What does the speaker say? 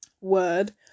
word